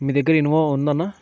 మీదగ్గర ఇనొవా ఉందన్నా